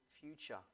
future